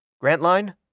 Grantline